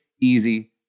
easy